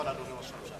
אדוני ראש הממשלה.